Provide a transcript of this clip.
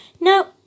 No